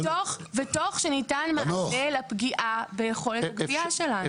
ותוך שניתן מענה לפגיעה ביכולת הגבייה שלנו.